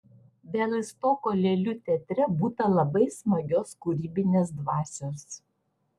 bialystoko lėlių teatre būta labai smagios kūrybinės dvasios